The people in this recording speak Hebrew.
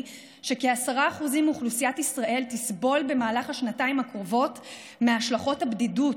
שכ-10% מאוכלוסיית ישראל תסבול במהלך השנתיים הקרובות מהשלכות הבדידות.